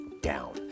down